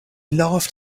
laughed